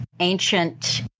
Ancient